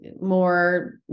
more